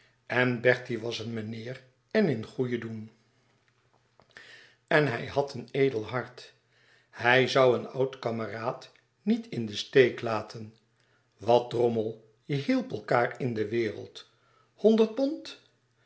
en bertie was een meneer en in goeien doen en hij had een edel hart hij zoû een oud kameraad niet in den steek laten wat drommel je hielp elkaâr in de wereld honderd pond